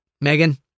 Megan